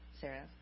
Sarah